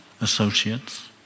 associates